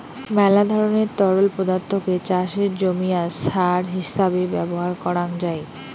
মেলা ধরণের তরল পদার্থকে চাষের জমিয়াত সার হিছাবে ব্যবহার করাং যাই